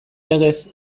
legez